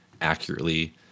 accurately